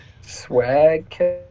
Swag